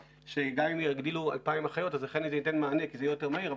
שגם אם יגדילו ב-2,000 אחיות זה אכן ייתן מענה כי זה יהיה יותר מהיר,